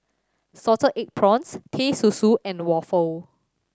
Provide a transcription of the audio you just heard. salted egg prawns Teh Susu and waffle